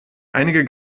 einige